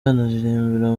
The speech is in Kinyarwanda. aririmbira